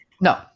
no